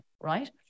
right